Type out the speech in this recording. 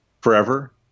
forever